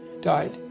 died